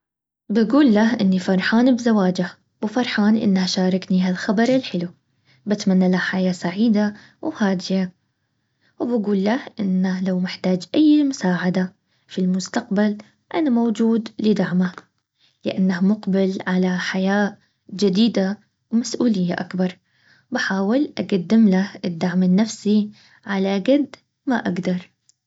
بقول له اني فرحان بزواجه وفرحان انه شاركني هالخبر الحلو. بتمنى له حياة سعيدة وهادية. وبقول له انه لو محتاج اي مساعدة في المستقبل انا موجود لدعمك لانه مقبل على حياة جديدة ومسؤولية اكبر بحاول اقدم له الدعم النفسي على قد ما اقدر